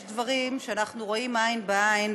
יש דברים שאנחנו רואים עין בעין,